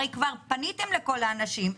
הרי כבר פניתם לכל האנשים,